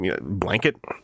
blanket